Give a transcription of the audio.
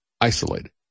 isolated